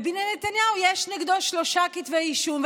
ובנימין נתניהו, יש נגדו שלושה כתבי אישום.